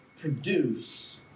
produce